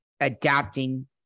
adapting